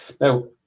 Now